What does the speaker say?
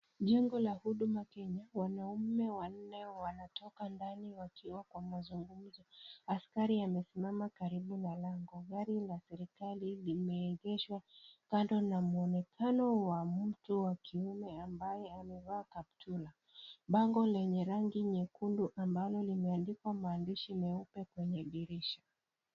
Jengo la Huduma Kenya, wanaume wanne wanatoka ndani wakiwa kwa mazungumzo. Askari amesimama karibu na lango, gari ya serikali limeegeshwa kando na muonekano wa mtu wa kiume ambaye ammevaa kaptura. Bango lenye rangi nyekundu ambalo limeandikwa maandishi meupe kwenye dirisha .